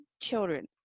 children